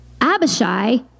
Abishai